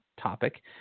topic